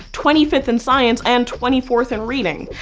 twenty fifth in science and twenty fourth in reading.